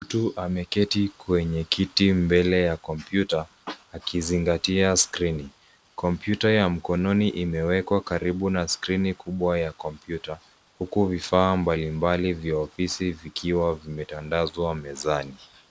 Mtu ameketi kwenye kiti mbele ya kompyuta akizingatia skrini. Kompyuta ya mkononi imewekwa karibu na skrini kubwa ya kompyuta. Huku vifaa mbalimbali vya ofisi vikiwa vimetandazwa mezani.